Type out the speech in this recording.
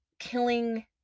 killing